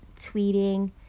tweeting